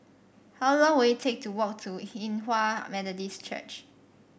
how long will it take to walk to Hinghwa Methodist Church